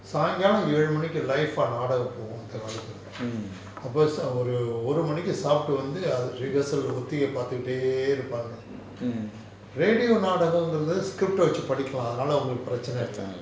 சாய்ங்காலம் ஏழு மணிக்கு:saingalam elu manikku live ah நாடகம் போகும் அந்த காலத்துல அப்போ ஒரு மணிக்கு சாப்புட்டு வந்து:naadagam pogum antha kaalathula appo oru maniku saputtu vanthu rehearsal ஒத்திக பாத்துடே இருப்பாங்க:oththika paathute irupanga radio நாடகங்குறது:naadakangurathu script ah வச்சு படிக்கலாம் அதனால ஒங்களுக்கு பிரச்சின இல்ல:vachu padikalam athanala ongaluku pirachina illa